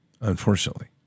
Unfortunately